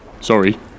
Sorry